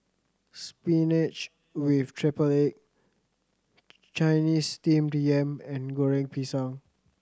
spinach with triple egg Chinese Steamed Yam and Goreng Pisang